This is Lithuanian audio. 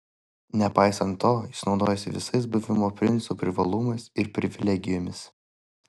nepaisant to jis naudojasi visais buvimo princu privalumais ir privilegijomis